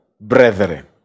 brethren